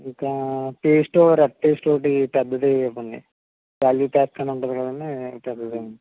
ఇంకా paste red paste ఒకటి పెద్దది ఇవ్వండి వ్యాల్యూ ప్యాక్ అని ఉంటుంది కదండీ పెద్దది ఇవ్వండి